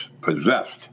possessed